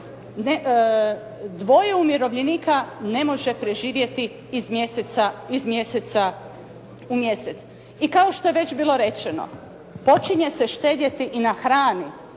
dvoje umirovljenika ne može preživjeti iz mjeseca u mjesec. I kao što je već bilo rečeno, počinje se štedjeti i na hranu,